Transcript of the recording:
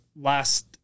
last